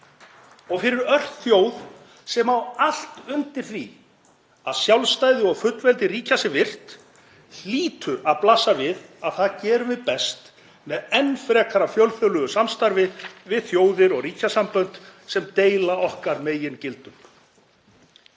Fyrir örþjóð sem á allt undir því að sjálfstæði og fullveldi ríkja sé virt hlýtur að blasa við að það gerum við best með enn frekara fjölþjóðlegu samstarfi við þjóðir og ríkjasambönd sem deila okkar megingildum.